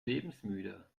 lebensmüde